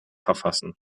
verfassen